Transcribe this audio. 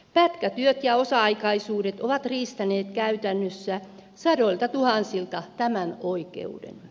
pätkätyöt ja osa aikaisuudet ovat riistäneet käytännössä sadoiltatuhansilta tämän oikeuden